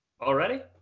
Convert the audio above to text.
Already